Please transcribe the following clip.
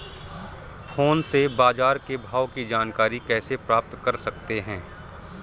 Phone से बाजार के भाव की जानकारी कैसे प्राप्त कर सकते हैं?